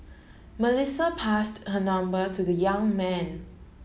Melissa passed her number to the young man